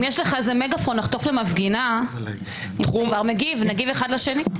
אם יש לך איזה מגפון לחטוף למפגינה נגיב אחד לשני.